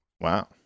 Wow